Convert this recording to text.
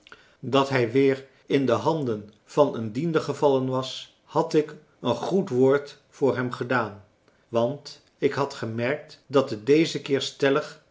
dat hij weer in de handen van een diender gevallen was had ik een goed woord voor hem gedaan want ik had gemerkt dat het dezen keer stellig